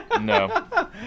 no